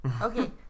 Okay